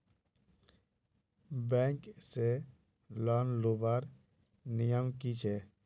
Bank से loan लुबार नियम की छे?